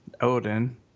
Odin